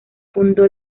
fundó